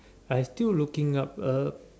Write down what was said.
I still looking up uh